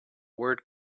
word